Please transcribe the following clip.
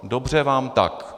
Dobře vám tak.